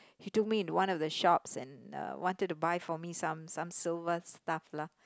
he took me into one of the shops and uh wanted to buy for me some some silver stuff lah